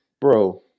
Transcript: Bro